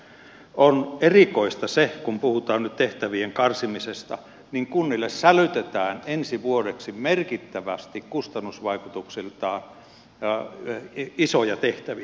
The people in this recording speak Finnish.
on erikoista se kun puhutaan nyt tehtävien karsimisesta että kunnille sälytetään en si vuodeksi merkittävästi kustannusvaikutuksiltaan isoja tehtäviä